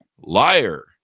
Liar